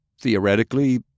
theoretically